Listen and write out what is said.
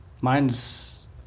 Mine's